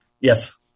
Yes